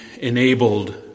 enabled